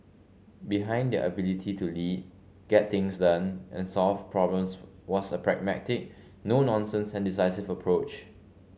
behind their ability to lead get things done and solve problems was a pragmatic no nonsense and decisive approach